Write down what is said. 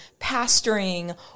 pastoring